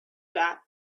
that